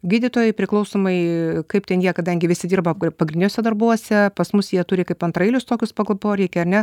gydytojai priklausomai kaip ten jie kadangi visi dirba pagrindiniuose darbuose pas mus jie turi kaip antraeilius tokius pagal poreikį ar ne